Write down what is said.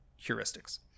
heuristics